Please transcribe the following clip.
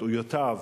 והתבטאויותיו,